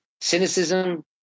cynicism